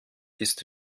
ist